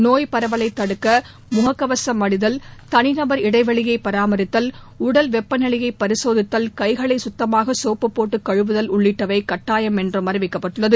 நோய் பரவலைத் தடுக்க முகக்கவசம் அணிதல் தனிநபர் இடைவெளியை பராமரித்தல் உடல் வெப்பநிலையை பரிசோதித்தல் கைகளை சுத்தமாக சோப்பு போட்டு கழுவுதல் உள்ளிட்டவை கட்டாயம் என்றும் அறிவிக்கப்பட்டுள்ளது